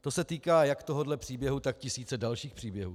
To se týká jak tohohle příběhu, tak tisíce dalších příběhů.